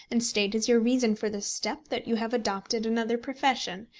and state as your reason for this step that you have adopted another profession,